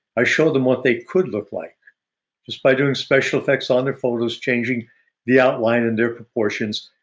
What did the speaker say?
i show them what they could look like just by doing special effects on their photos changing the outline and their proportions.